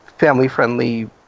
Family-friendly